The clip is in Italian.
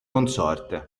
consorte